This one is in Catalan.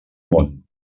món